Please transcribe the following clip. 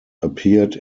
appeared